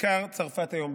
בכיכר צרפת היום".